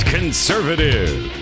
Conservative